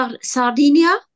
Sardinia